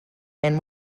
and